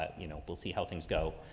you know, we'll see how things go.